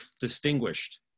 distinguished